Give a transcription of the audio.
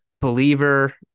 believer